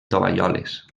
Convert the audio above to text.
tovalloles